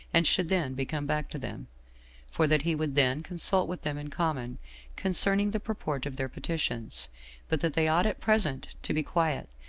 and should then be come back to them for that he would then consult with them in common concerning the purport of their petitions but that they ought at present to be quiet,